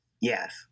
Yes